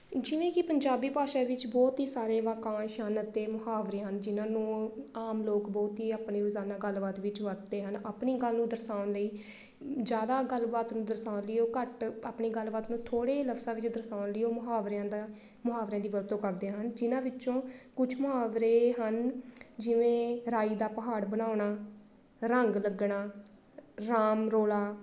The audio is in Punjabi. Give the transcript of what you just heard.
ਜਿਵੇਂ ਕਿ ਪੰਜਾਬੀ ਭਾਸ਼ਾ ਵਿੱਚ ਬਹੁਤ ਹੀ ਸਾਰੇ ਵਾਕਾਂਸ਼ ਹਨ ਅਤੇ ਮੁਹਾਵਰੇ ਹਨ ਅਤੇ ਮੁਹਾਵਰੇ ਹਨ ਜਿਨ੍ਹਾਂ ਨੂੰ ਆਮ ਲੋਕ ਬਹੁਤ ਹੀ ਆਪਣੇ ਰੋਜ਼ਾਨਾ ਗੱਲਬਾਤ ਵਿੱਚ ਵਰਤਦੇ ਹਨ ਆਪਣੀ ਗੱਲ ਨੂੰ ਦਰਸਾਉਣ ਲਈ ਜ਼ਿਆਦਾ ਗੱਲਬਾਤ ਨੂੰ ਦਰਸਾਉਣ ਲਈ ਉਹ ਘੱਟ ਆਪਣੀ ਗੱਲਬਾਤ ਨੂੰ ਥੋੜ੍ਹੇ ਲਫ਼ਜ਼ਾਂ ਵਿੱਚ ਦਰਸਾਉਣ ਲਈ ਉਹ ਮੁਹਾਵਰਿਆਂ ਦਾ ਮੁਹਾਵਰਿਆਂ ਦੀ ਵਰਤੋਂ ਕਰਦੇ ਹਨ ਜਿਨ੍ਹਾਂ ਵਿੱਚੋਂ ਕੁਛ ਮੁਹਾਵਰੇ ਹਨ ਜਿਵੇਂ ਰਾਈ ਦਾ ਪਹਾੜ ਬਣਾਉਣਾ ਰੰਗ ਲੱਗਣਾ ਰਾਮ ਰੌਲਾ